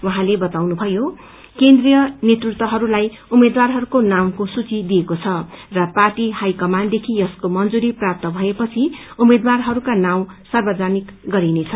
उहाँले बताउनुषयो केन्द्रीय नेतृत्वहस्ताई उम्मेद्वारहरूको नाउँको सूची दिइएको छ र पार्टी झई कमानदेखि यसको मंजूरी प्राप्त भएपछि उम्मेद्वारहरूका नाउँ सार्वजनिक गरिनेछ